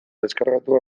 deskargatu